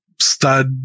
stud